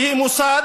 שהיא מוסד